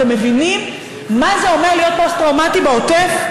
אתם מבינים מה זה להיות פוסט-טראומטי בעוטף?